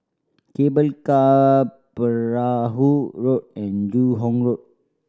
Cable Car Perahu Road and Joo Hong Road